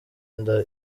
inda